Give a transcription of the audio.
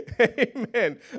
Amen